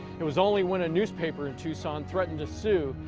it was only when a newspaper in tucson threatened to sue,